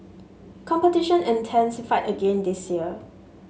competition intensified again this year